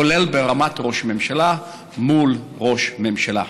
כולל ברמת ראש ממשלה מול ראש ממשלה.